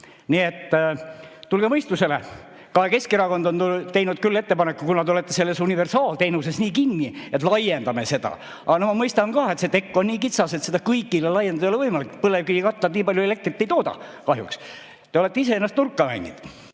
Nii et tulge mõistusele. Keskerakond on teinud ettepaneku, kuna te olete selles universaalteenuses nii kinni, et laiendame seda. Aga ma mõistan ka, et see tekk on nii kitsas, et seda kõigile laiendada ei ole võimalik. Põlevkivikatlad nii palju elektrit ei tooda. Kahjuks. Te olete ise ennast nurka mänginud.